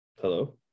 hello